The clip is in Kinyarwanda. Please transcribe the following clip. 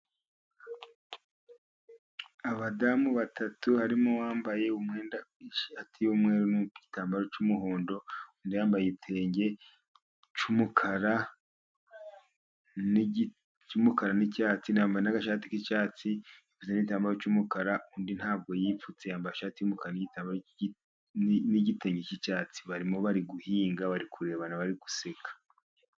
Abadamu batatu harimo uwambaye umwenda n'ishati y'umweru n'igitambaro cy'umuhondo, undi yambaye igitenge cy'umukara n'icyatsi yambaye n'agashati k'icyatsi n'igitambaro cy'umukara. Undi ntabwo yipfutse amashati y'umukara n'igitenge cy'icyatsi barimo bari guhinga bari kurebana bari guseka.